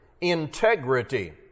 integrity